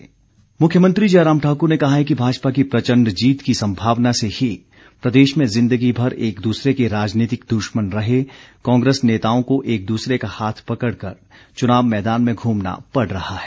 मुख्यमंत्री मुख्यमंत्री जयराम ठाकुर ने कहा है कि भाजपा की प्रचण्ड जीत की संभावना से ही प्रदेश में जिंदगी भर एक दूसरे के राजनीतिक दुश्मन रहे कांग्रेस नेताओं को एक दूसरे का हाथ पकड़ कर चुनाव मैदान में घूमना पड़ रहा है